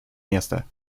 места